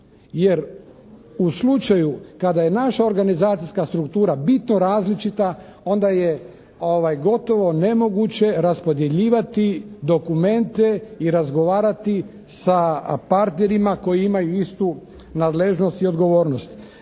Jer u slučaju kada je naša organizacijska struktura bitno različita onda je gotovo nemoguće raspodjeljivati dokumente i razgovarati sa partnerima koji imaju istu nadležnost i odgovornost.